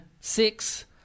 six